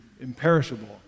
imperishable